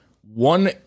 one